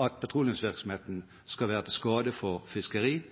at petroleumsvirksomheten skal være til skade for fiskeri,